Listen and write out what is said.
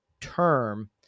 term